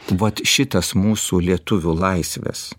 vat šitas mūsų lietuvių laisvės